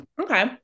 okay